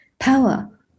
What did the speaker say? power